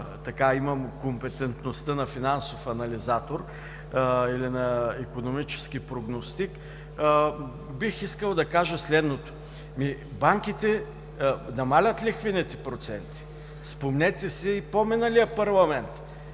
че имам компетентността на финансов анализатор или на икономически прогностик, бих искал да кажа следното: банките намаляват лихвените проценти. Спомнете си, и в по-миналия парламент